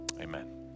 amen